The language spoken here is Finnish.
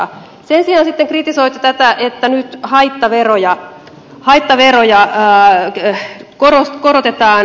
sen sijaan on sitten kritisoitu tätä että nyt haittaveroja korotetaan